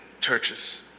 churches